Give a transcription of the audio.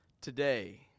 today